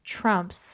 Trump's